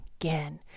again